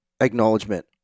acknowledgement